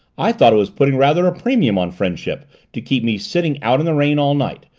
i thought it was putting rather a premium on friendship to keep me sitting out in the rain all night,